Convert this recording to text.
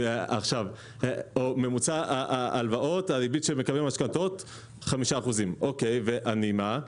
או כשאומרים שממוצע הריבית של מקבלי משכנתאות הוא 5%. ומה איתי?